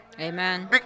Amen